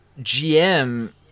GM